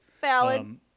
valid